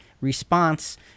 response